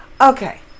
okay